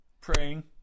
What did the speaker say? praying